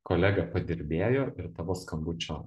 kolega padirbėjo ir tavo skambučio